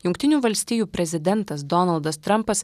jungtinių valstijų prezidentas donaldas trampas